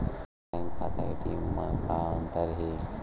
Bank खाता ATM मा का अंतर हे?